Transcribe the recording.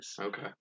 okay